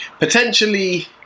potentially